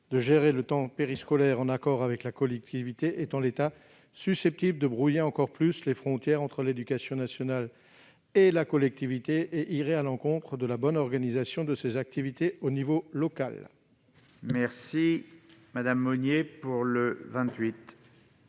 de gérer le temps périscolaire en accord avec la collectivité, est en l'état susceptible de brouiller encore plus les frontières entre l'éducation nationale et la collectivité et d'aller à l'encontre de la bonne organisation de ces activités à l'échelon local. La parole est